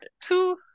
two